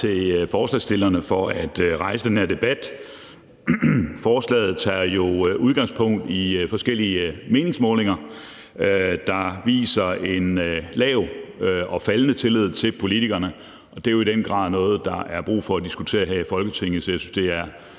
Tak til forslagsstillerne for at rejse den her debat. Forslaget tager udgangspunkt i forskellige meningsmålinger, der viser en lav og faldende tillid til politikerne, og det er jo i den grad noget, der er brug for at diskutere her i Folketinget, så jeg synes, det er